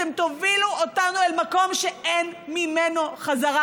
אתם תובילו אותנו אל מקום שאין ממנו חזרה,